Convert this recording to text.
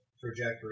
trajectory